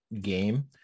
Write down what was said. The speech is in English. game